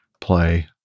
play